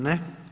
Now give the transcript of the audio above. Ne.